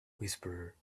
whisperer